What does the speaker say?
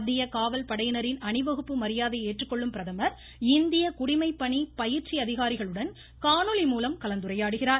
மத்திய காவல்படையினரின் அணிவகுப்பு மரியாதையை ஏற்றுக்கொள்ளும் பிரதமர் இந்திய குடிமைப்பணி பயிற்சி அதிகாரிகளுடன் காணொலி மூலம் கலந்துரையாடுகிறார்